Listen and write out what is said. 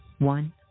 One